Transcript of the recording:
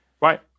right